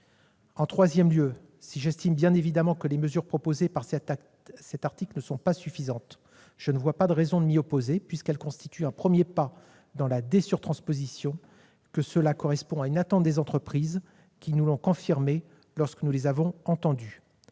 En troisième lieu, si j'estime bien évidemment que les mesures prévues à l'article 1 ne sont pas suffisantes, je ne vois pas de raison de m'y opposer. En effet, elles constituent un premier pas dans la dé-surtransposition et correspondent à une attente des entreprises, qui nous l'ont confirmé lorsque nous les avons entendues.